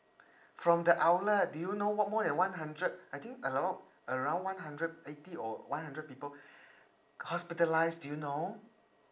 from the outlet do you know mor~ more than one hundred I think around around one hundred eighty or one hundred people hospitalised do you know